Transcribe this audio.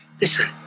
Listen